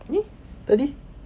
ni tadi